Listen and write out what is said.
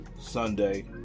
Sunday